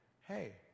hey